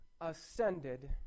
ascended